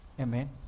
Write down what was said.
Amen